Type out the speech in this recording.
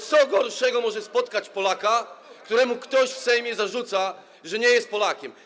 Co gorszego może spotkać Polaka, któremu ktoś w Sejmie zarzuca, że nie jest Polakiem?